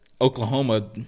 Oklahoma